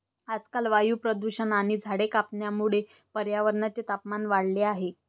आजकाल वायू प्रदूषण आणि झाडे कापण्यामुळे पर्यावरणाचे तापमान वाढले आहे